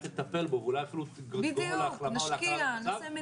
תטפל בו ואולי אפילו תגרום לו להחלמה או להקלה במצב,